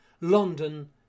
London